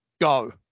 go